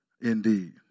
indeed